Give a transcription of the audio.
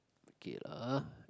okay lah ah